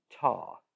tar